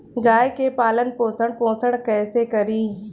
गाय के पालन पोषण पोषण कैसे करी?